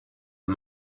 the